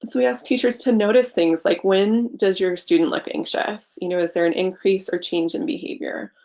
so we ask teachers to notice things like when does your student life anxious? you know is there an increase or change in behavior?